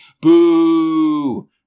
Boo